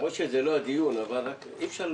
למרות שזה לא הדיון, אבל אי אפשר